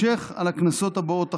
ובהמשך על הכנסות הבאות אחריה,